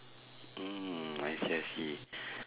mm I see I see